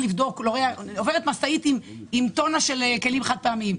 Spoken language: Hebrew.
עוברת משאית ובה טון של כלים חד-פעמיים,